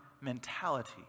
mentality